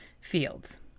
fields